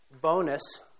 Bonus